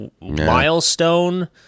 milestone